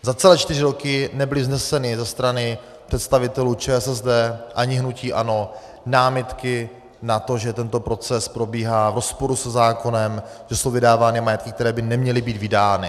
Za celé čtyři roky nebyly vzneseny ze strany představitelů ČSSD ani hnutí ANO námitky na to, že tento proces probíhá v rozporu se zákonem, že jsou vydávány majetky, které by neměly být vydány.